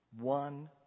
One